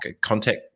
contact